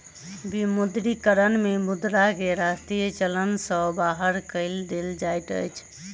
विमुद्रीकरण में मुद्रा के राष्ट्रीय चलन सॅ बाहर कय देल जाइत अछि